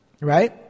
Right